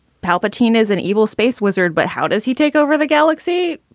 palpatine is an evil space wizard. but how does he take over the galaxy?